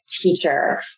teacher